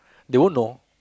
they won't know